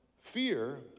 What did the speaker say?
fear